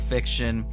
Fiction